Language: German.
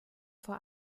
vor